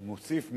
שמוסיף משלו,